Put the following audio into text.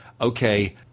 okay